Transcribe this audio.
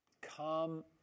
come